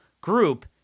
group